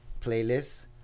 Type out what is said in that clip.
playlists